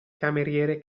cameriere